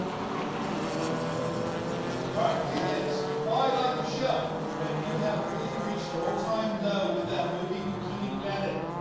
i see one envelope all right dear vince i like the show but you have really reached an all-time low with that movie bikini planet